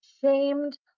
shamed